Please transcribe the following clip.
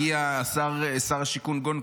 -- ואחריו הגיע שר השיכון גולדקנופ,